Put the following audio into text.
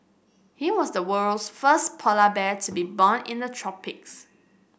he was the world's first polar bear to be born in the tropics